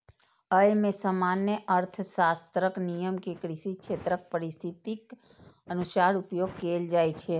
अय मे सामान्य अर्थशास्त्रक नियम कें कृषि क्षेत्रक परिस्थितिक अनुसार उपयोग कैल जाइ छै